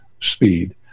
speed